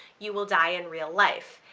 you will die in real life.